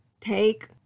Take